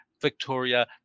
Victoria